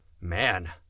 Man